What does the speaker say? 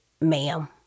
ma'am